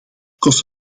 kost